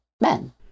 men